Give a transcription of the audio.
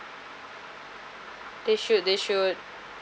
they should they should